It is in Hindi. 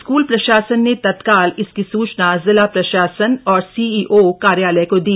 स्कूल प्रशासन ने तत्काल इसकी सूचना जिला प्रशासन और सीइओ कार्यालय को दी